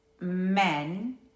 men